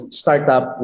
startup